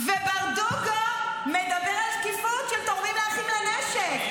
--- וברדוגו מדבר על שקיפות של תורמים לאחים לנשק.